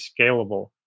scalable